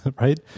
right